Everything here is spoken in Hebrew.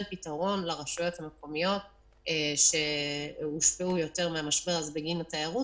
פתרון לרשויות המקומיות שהושפעו יותר מהמשבר הזה בגין התיירות.